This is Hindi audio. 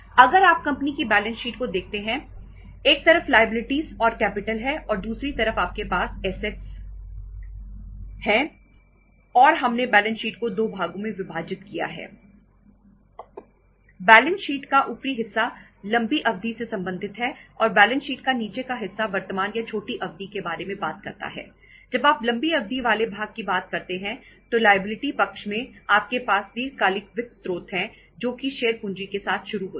अगर आप कंपनी की बैलेंस शीट पक्ष में आपके पास दीर्घकालिक वित्त स्त्रोत है जो की शेयर पूंजी के साथ शुरू होते हैं